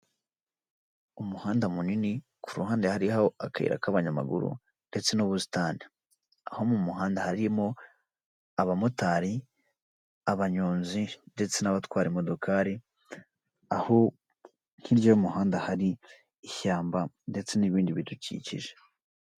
Umuhanda munini ku ruhande hariho akayira k'abanyamaguru ndetse n'ubusitani, aho mu muhanda harimo abamotari, abanyonzi ndetse n'abatwara imodokari, aho hirya y'umuhanda hari ishyamba ndetse n'ibindi bidukikije.